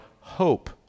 hope